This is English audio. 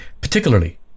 particularly